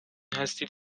هستید